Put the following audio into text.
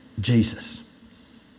Jesus